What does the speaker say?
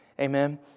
Amen